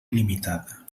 il·limitada